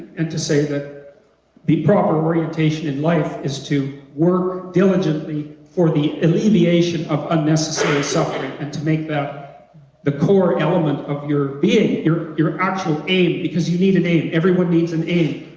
and to say that the proper orientation in life is to work diligently for the alleviation of unnecessary suffering and to make that the core element of your being your your actual aim, because you need an aim, everyone needs an aim